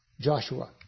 Joshua